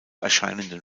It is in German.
erscheinenden